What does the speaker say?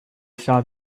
saw